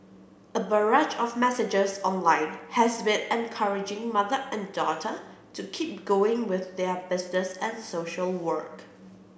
a barrage of messages online has been encouraging mother and daughter to keep going with their business and social work